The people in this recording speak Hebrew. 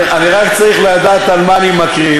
אני רק צריך לדעת מה אני מקריא.